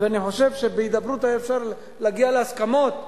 ואני חושב שבהידברות אפשר היה להגיע להסכמות.